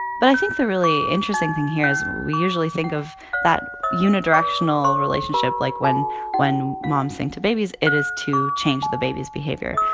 but i think the really interesting thing here is we usually think of that unidirectional relationship. like, when when moms sing to babies, it is to change the baby's behavior.